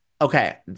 okay